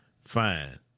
Fine